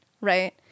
right